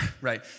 right